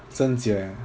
zheng jie